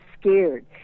scared